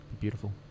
Beautiful